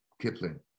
Kipling